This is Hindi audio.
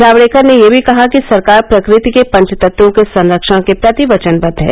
जावड़ेकर ने यह भी कहा कि सरकार प्र कृ ति के पंचतत्वों के संरक्षण के प्रति वचनवद्व है